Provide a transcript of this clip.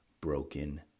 Broken